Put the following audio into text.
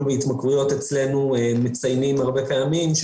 בהתמכרויות אצלנו מציינים הרבה פעמים,